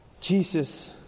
Jesus